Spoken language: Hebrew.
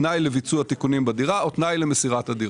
תנאי לביצוע תיקונים בדירה או תנאי למסירת הדירה.